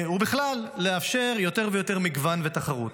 ובכלל לאפשר יותר ויותר מגוון ותחרות.